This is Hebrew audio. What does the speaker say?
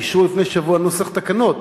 אישרו לפני שבוע נוסח תקנות,